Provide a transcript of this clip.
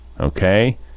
Okay